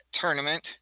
tournament